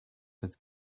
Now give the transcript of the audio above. with